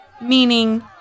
Meaning